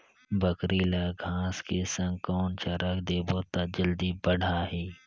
बकरी ल घांस के संग कौन चारा देबो त जल्दी बढाही?